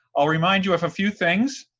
i'll remind you of a few things.